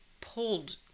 pulled